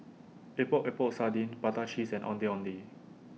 Epok Epok Sardin Prata Cheese and Ondeh Ondeh